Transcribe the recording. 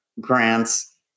grants